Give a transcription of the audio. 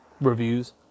reviews